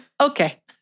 Okay